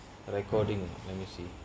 the recording let me see